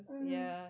mmhmm